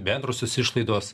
bendrosios išlaidos